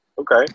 Okay